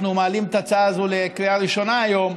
אנחנו מעלים את ההצעה הזו לקריאה ראשונה היום,